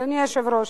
אדוני היושב-ראש.